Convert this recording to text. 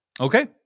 Okay